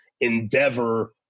endeavor